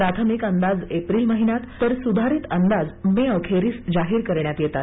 प्राथमिक अंदाज एप्रील महिन्यात तर सुधारित अंदाज मे अखेरीस जाहीर करण्यात येतात